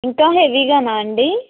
ఇంకా హెవీగానా అండి